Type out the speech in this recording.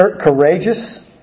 courageous